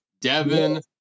Devin